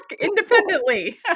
independently